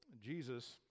Jesus